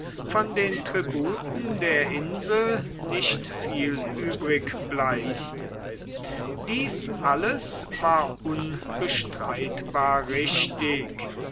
von den tributen der insel nicht viel übrig bleiben dies alles war unbestreitbar richtig